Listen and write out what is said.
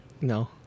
No